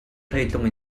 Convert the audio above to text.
hreitlung